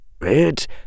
It